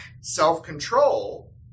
self-control